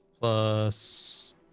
plus